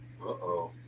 Uh-oh